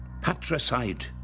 patricide